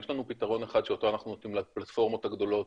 יש לנו פתרון אחד שאותו אנחנו נותנים לפלטפורמות הגדולות,